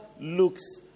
looks